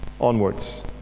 onwards